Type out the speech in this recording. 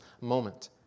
moment